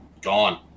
gone